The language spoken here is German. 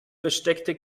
versteckte